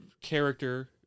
character